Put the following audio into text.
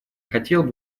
хотел